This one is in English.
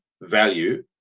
value